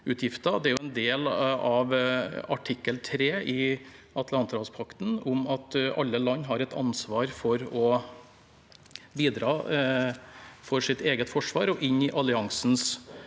Det er en del av artikkel 3 i Atlanterhavspakten om at alle land har et ansvar for å bidra til sitt eget forsvar og inn i alliansens